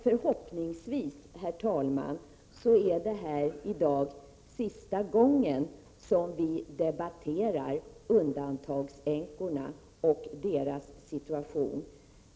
Förhoppningsvis är det i dag sista gången vi debatterar änkorna till de s.k. undantagandepensionärerna och deras situation.